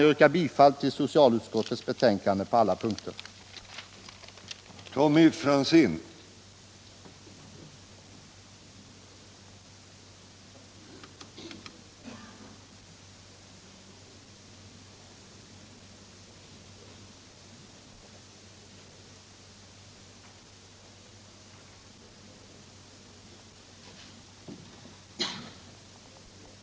Jag yrkar bifall till socialutskottets hemställan på alla m.m. punkter.